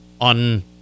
on